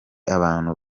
abantu